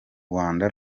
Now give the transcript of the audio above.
rwanda